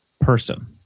person